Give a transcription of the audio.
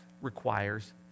requires